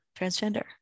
transgender